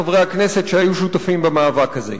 חברי חברי הכנסת, שהיו שותפים במאבק הזה.